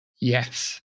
Yes